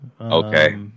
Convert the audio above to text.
Okay